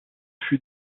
fut